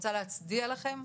רוצה להצדיע לכם,